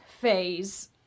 phase